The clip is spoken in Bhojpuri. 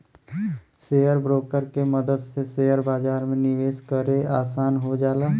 शेयर ब्रोकर के मदद से शेयर बाजार में निवेश करे आसान हो जाला